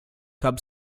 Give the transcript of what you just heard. cub